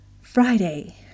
Friday